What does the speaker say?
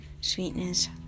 Sweetness